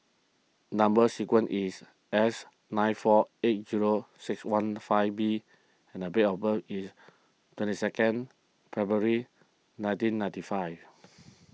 Number Sequence is S nine four eight zero six one five B and date of birth is twenty second February nineteen ninety five